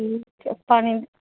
ਜੀ ਪਾਣੀ